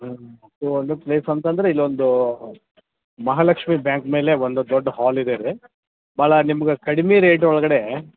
ಹ್ಞೂ ಸೋ ಅದು ಪ್ಲೇಸ್ ಅಂತಂದರೆ ಇಲ್ಲೊಂದು ಮಹಾಲಕ್ಷ್ಮಿ ಬ್ಯಾಂಕ್ ಮೇಲೆ ಒಂದು ದೊಡ್ಡ ಹಾಲ್ ಇದೆರಿ ಭಾಳ ನಿಮ್ಗೆ ಕಡ್ಮೆ ರೇಟ್ ಒಳಗಡೆ